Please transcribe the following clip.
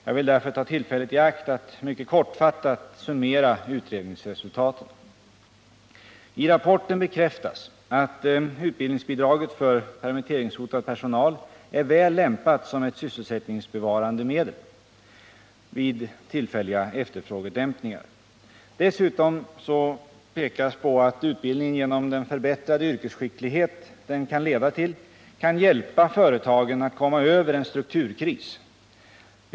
Jag vill därför ta tillfället i akt att mycket kortfattat summera utredningsresultaten. I rapporten bekräftas att utbildningsbidraget för permitteringshotad personal är väl lämpat som ett sysselsättningsbevarande medel vid tillfälliga efterfrågedämpningar. Dessutom pekas på att utbildningen genom den förbättrade yrkesskicklighet den kan leda till kan hjälpa företagen att komma över en strukturkris.